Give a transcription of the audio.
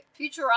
Futurama